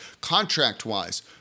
contract-wise